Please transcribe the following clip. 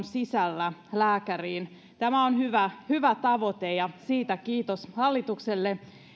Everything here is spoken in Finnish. sisällä lääkäriin tämä on hyvä hyvä tavoite ja siitä kiitos hallitukselle